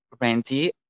Randy